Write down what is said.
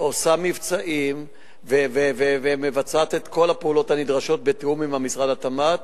עושה מבצעים ומבצעת את כל הפעולות הנדרשות בתיאום עם משרד התמ"ת.